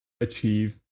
achieve